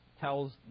tells